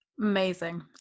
amazing